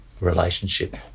relationship